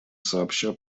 сообща